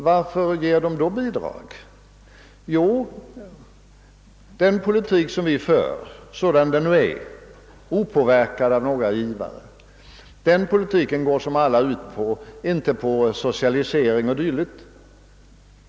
Jo, de gör det därför att den politik vi för — sådan den nu är och opåverkad av någon givare — som alla vet inte går ut på socialisering o.d.